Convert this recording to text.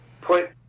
put